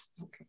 okay